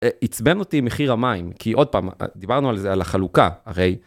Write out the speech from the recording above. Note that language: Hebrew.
עיצבן אותי מחיר המים, כי עוד פעם, דיברנו על זה, על החלוקה, הרי...